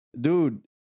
dude